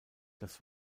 das